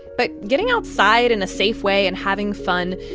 but getting outside in a safe way and having fun,